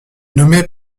nommé